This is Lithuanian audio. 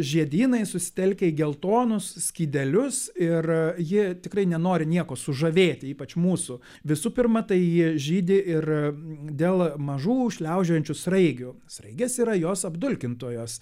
žiedynai susitelkę į geltonus skydelius ir ji tikrai nenori nieko sužavėti ypač mūsų visų pirma tai ji žydi ir dėl mažų šliaužiojančių sraigių sraigės yra jos apdulkintojos